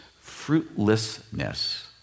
fruitlessness